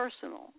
personal